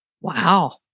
Wow